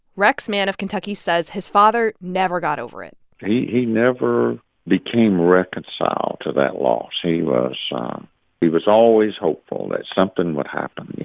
rex mann of kentucky says his father never got over it he never became reconciled to that loss. so ah so he was always hopeful that something would happen, you